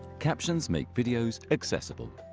captions make videos accessible,